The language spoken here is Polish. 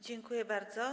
Dziękuję bardzo.